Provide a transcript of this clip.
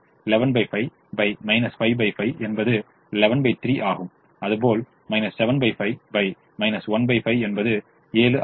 எனவே 115 35 என்பது 113 ஆகும் அதுபோல் 75 15 என்பது 7 ஆகும்